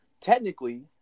technically